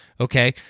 okay